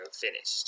finished